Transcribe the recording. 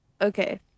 Okay